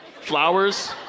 flowers